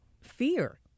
fear